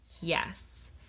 Yes